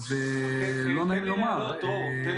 את כל